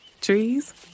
Trees